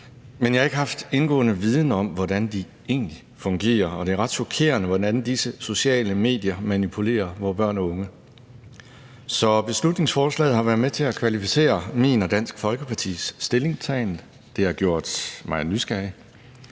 men jeg har ikke haft indgående viden om, hvordan de egentlig fungerer. Og det er ret chokerende, hvordan disse sociale medier manipulerer vore børn og unge. Så beslutningsforslaget har været med til at kvalificere min og Dansk Folkepartis stillingtagen, det har gjort mig nysgerrig,